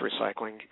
recycling